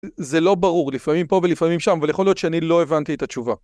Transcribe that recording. זה לא ברור, לפעמים פה ולפעמים שם, ויכול להיות שאני לא הבנתי את התשובה.